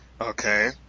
Okay